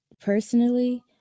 Personally